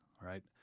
right